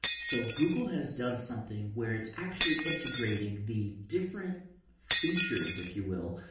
so google has done something where it's actually integrating the different features if you will,